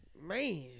man